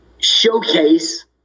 showcase